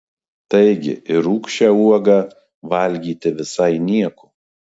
taigi ir rūgščią uogą valgyti visai nieko